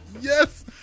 yes